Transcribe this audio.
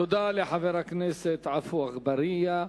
תודה לחבר הכנסת עפו אגבאריה.